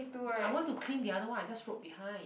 I want to clean the other one I just wrote behind